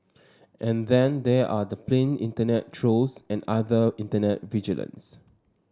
and then there are the plain internet trolls and other internet vigilantes